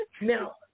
Now